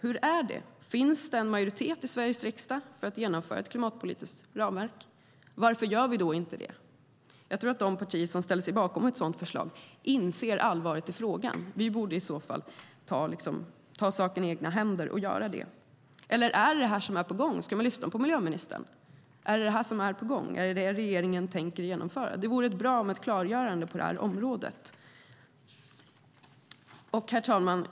Hur är det? Finns det en majoritet i Sveriges riksdag för att genomföra ett klimatpolitiskt ramverk? Varför gör vi då inte det? Jag tror att de partier som ställer sig bakom ett sådant förlag inser allvaret i frågan, och vi borde i så fall ta saken i egna händer. Eller är det detta som är på gång? Ska man lyssna på miljöministern? Är det detta som är på gång; är det detta regeringen tänker genomföra? Det vore bra med ett klargörande på detta område. Herr talman!